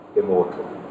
immortal